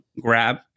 grab